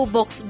Box